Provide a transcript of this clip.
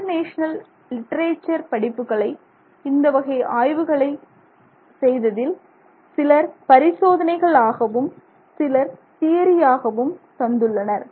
international literature படிப்புகளை இந்த வகை ஆய்வுகளை செய்திகள் செய்ததில் சிலர் பரிசோதனைகள் ஆகவும் சிலர் தியரி ஆகவும் தந்துள்ளனர்